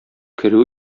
керү